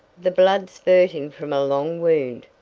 the blood spurting from a long wound.